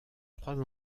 trois